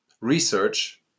research